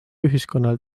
ühiskonnale